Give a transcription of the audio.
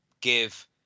give